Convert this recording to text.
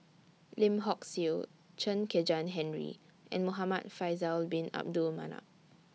Lim Hock Siew Chen Kezhan Henri and Muhamad Faisal Bin Abdul Manap